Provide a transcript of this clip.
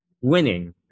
winning